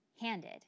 handed